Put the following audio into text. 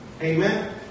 Amen